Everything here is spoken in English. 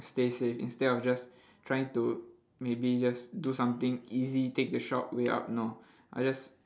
stay safe instead of just trying to maybe just do something easy take the short way out know I just